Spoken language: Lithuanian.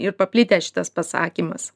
ir paplitęs šitas pasakymas